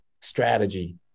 strategy